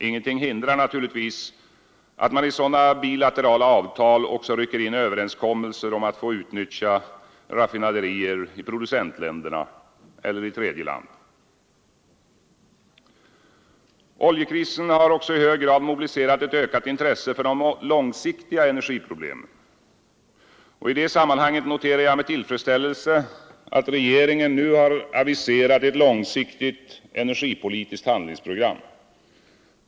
Ingenting hindrar naturligtvis att man i sådana bilaterala avtal också rycker in överenskommelser om att få utnyttja raffinaderier i producentländerna eller i tredje land, Oljekrisen har också i hög grad mobiliserat ett ökat intresse för de långsiktiga energiproblemen. I det sammanhanget noterar jag med tillfredsställelse att regeringen nu har aviserat ett långsiktigt energipolitiskt handlingsprogram.